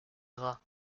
gras